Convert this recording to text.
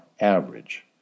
Average